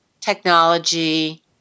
technology